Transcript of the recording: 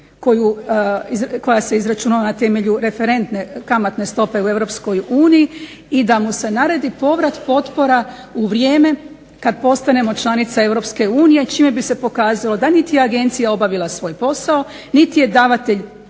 koja se izračunava na temelju referentne kamatne stope u EU i da mu se naredi povrat potpora u vrijeme kad postanemo članica EU čime bi se pokazalo da niti je agencija obavila svoj posao, niti je davatelj